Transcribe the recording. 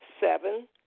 Seven